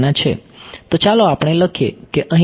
તો ચાલો આપણે લખીએ કે અહીં અને બરાબર છે